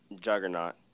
juggernaut